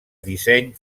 disseny